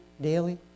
daily